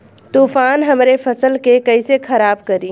तूफान हमरे फसल के कइसे खराब करी?